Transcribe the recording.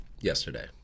yesterday